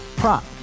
prop